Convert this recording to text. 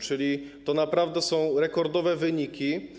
Czyli to naprawdę są rekordowe wyniki.